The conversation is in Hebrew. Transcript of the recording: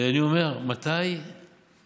אני אומר, מתי